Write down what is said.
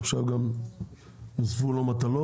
עכשיו גם נוספו לו מטלות,